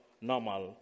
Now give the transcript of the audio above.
normal